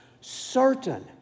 certain